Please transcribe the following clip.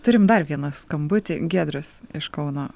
turim dar vieną skambutį giedrius iš kauno